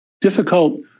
difficult